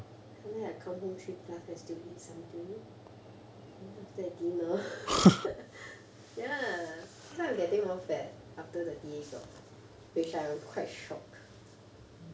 sometime I come home three plus I still eat something then after that dinner ya that's why I'm getting more fat after the T_A job which I am quite shocked